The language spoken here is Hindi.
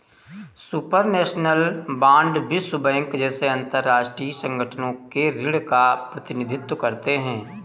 सुपरनैशनल बांड विश्व बैंक जैसे अंतरराष्ट्रीय संगठनों के ऋण का प्रतिनिधित्व करते हैं